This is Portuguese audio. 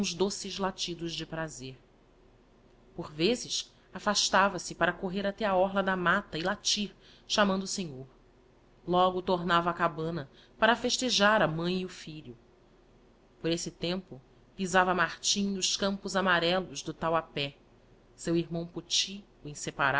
doces latidos de prazer por vezes afastava-se para correr até á orla da matta e latir chamando o senhor logo tornava á cabana para festejar a mãe e o filho por esse tempo pisava martim os campos amarellos do tauape seu irmão poty